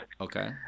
Okay